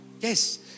yes